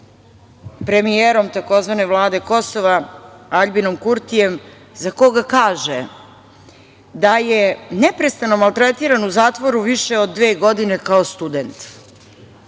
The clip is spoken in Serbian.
premijerom tzv. vlade Kosova Aljbinom Kurtijem, za koga kaže da je neprestano maltretiran u zatvoru više od dve godine kao student.